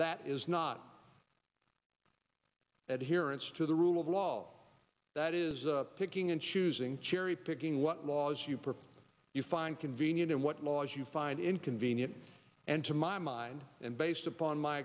that is not that here it's to the rule of law that is picking and choosing cherry picking what laws you prefer you find convenient and what laws you find inconvenient and to my mind and based upon my